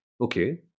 okay